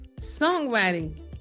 songwriting